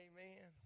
Amen